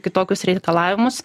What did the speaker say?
kitokius reikalavimus